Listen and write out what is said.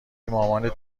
مامانت